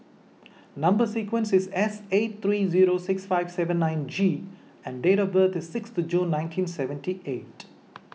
Number Sequence is S eight three zero six five seven nine G and date of birth is sixth June nineteen seventy eight